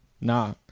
Nah